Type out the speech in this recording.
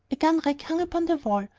a gun-rack hung upon the wall,